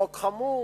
בחוק חמור,